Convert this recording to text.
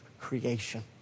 creation